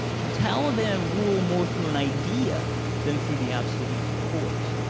the taliban rule more through an idea than through the absolute use of force,